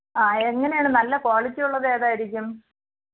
ആ എങ്ങനാണ് നല്ല ക്വാളിറ്റി ഉള്ളത് ഏതായിരിക്കും